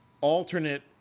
alternate